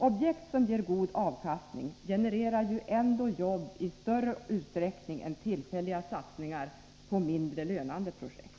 Objekt som ger god avkastning genererar ju ändå jobb i större utsträckning än tillfälliga satsningar på mindre lönande projekt.